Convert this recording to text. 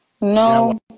No